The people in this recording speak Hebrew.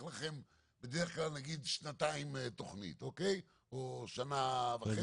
לכם בדרך כלל שנתיים לתכנית או שנה וחצי.